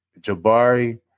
Jabari